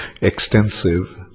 extensive